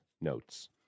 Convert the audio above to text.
notes